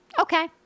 Okay